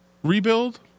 Rebuild